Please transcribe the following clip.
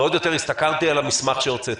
ועוד יותר הסתכלתי על המסמך שהוצאתם.